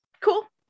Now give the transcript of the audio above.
cool